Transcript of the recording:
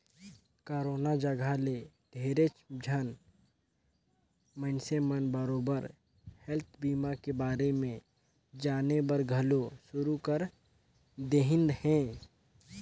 corona जघा ले ढेरेच झन मइनसे मन बरोबर हेल्थ बीमा के बारे मे जानेबर घलो शुरू कर देहिन हें